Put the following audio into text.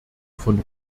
von